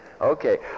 Okay